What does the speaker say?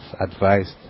advised